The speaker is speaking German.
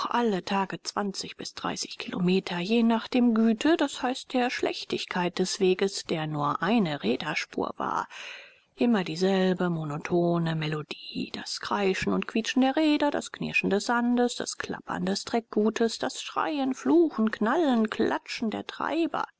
alle tage zwanzig bis dreißig kilometer je nach der güte d i schlechtigkeit des weges der nur eine räderspur war immer dieselbe monotone melodie das kreischen und quietschen der räder das knirschen des sandes das klappern des treckgutes das schreien fluchen knallen klatschen der treiber